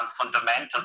fundamental